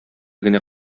генә